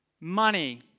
money